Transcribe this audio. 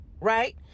right